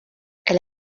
elle